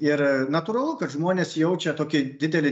ir natūralu kad žmonės jaučia tokį didelį